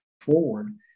forward